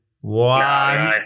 one